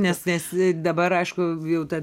nes nes dabar aišku jau ta